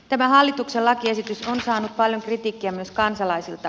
tämä hallituksen lakiesitys on saanut paljon kritiikkiä myös kansalaisilta